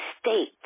state